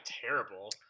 terrible